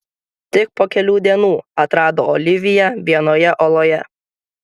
tik po kelių dienų atrado oliviją vienoje oloje